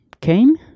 came